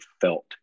felt